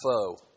foe